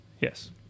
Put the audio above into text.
Yes